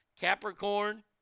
Capricorn